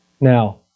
Now